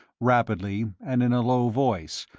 rapidly and in a low voice,